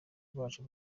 rwacu